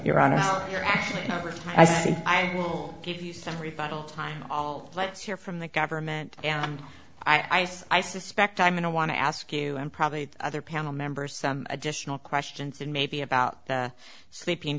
your honor your act i said i will give you some rebuttal time all let's hear from the government and i so i suspect i'm going to want to ask you and probably other panel members some additional questions and maybe about the sleeping